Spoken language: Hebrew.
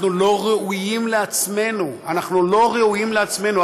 אנחנו לא ראויים לעצמנו, אנחנו לא ראויים לעצמנו.